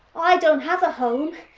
i don't have a home.